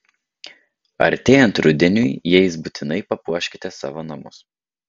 artėjant rudeniui jais būtinai papuoškite savo namus